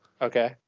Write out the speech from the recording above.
okay